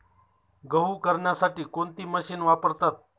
गहू करण्यासाठी कोणती मशीन वापरतात?